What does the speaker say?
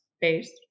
based